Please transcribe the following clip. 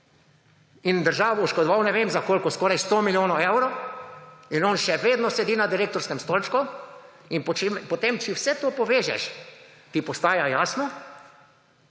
in državo oškodoval ne vem za koliko, skoraj 100 milijonov evrov. In on še vedno sedi na direktorskem stolčku. In potem če vse to povežeš, ti postaja jasno,